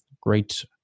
great